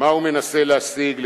מה הוא מנסה להשיג?